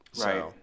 Right